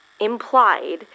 implied